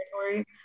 territory